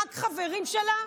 רק חברים שלה?